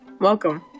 Welcome